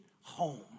home